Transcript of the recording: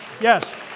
Yes